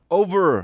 over